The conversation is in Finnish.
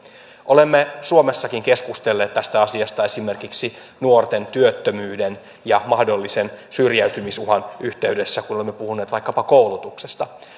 olemme suomessakin keskustelleet tästä asiasta esimerkiksi nuorten työttömyyden ja mahdollisen syrjäytymisuhan yhteydessä kun olemme puhuneet vaikkapa koulutuksesta